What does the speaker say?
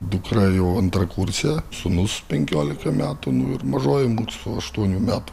dukra jau antrakursė sūnus penkiolika metų nu ir mažoji mūsų aštuonių metų